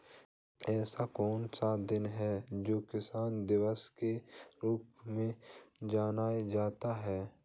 ऐसा कौन सा दिन है जो किसान दिवस के रूप में मनाया जाता है?